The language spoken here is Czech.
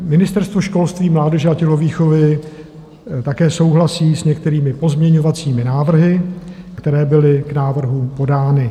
Ministerstvo školství, mládeže a tělovýchovy také souhlasí s některými pozměňovacími návrhy, které byly k návrhu podány.